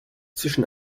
zwischen